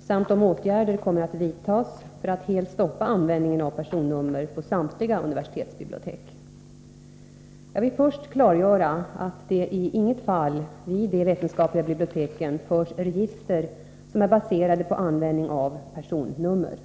samt om åtgärder kommer att vidtas för att helt stoppa användningen av personnummer på samtliga universitetsbibliotek. Jag vill först klargöra att det i inget fall vid de vetenskapliga biblioteken förs register som är baserade på användning av personnummer.